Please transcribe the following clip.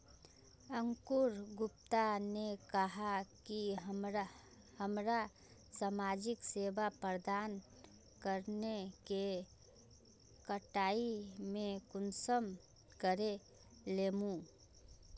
अंकूर गुप्ता ने कहाँ की हमरा समाजिक सेवा प्रदान करने के कटाई में कुंसम करे लेमु?